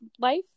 life